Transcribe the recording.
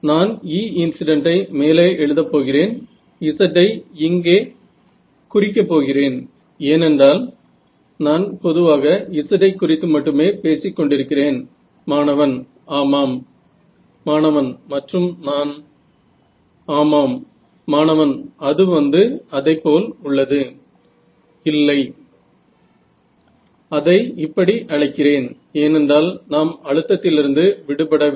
तर जोपर्यंत मला वस्तूचा एक अस्पष्ट आकार मिळत आहे आणि जर मी समस्ये कडून माझ्या अपेक्षा कमी ठेवल्या तर मी आनंदी आहे बरोबर आहे